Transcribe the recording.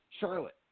Charlotte